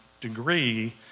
degree